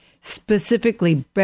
specifically